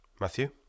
Matthew